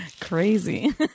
crazy